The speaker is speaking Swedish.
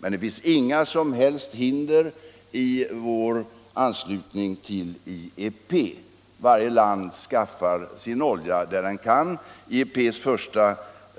Det finns emellertid inga som helst hinder i vår anslutning till IEP. Varje land skaffar olja där det kan. IEP:s första